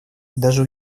даже